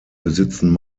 besitzen